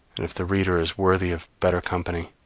if the reader is worthy of better company,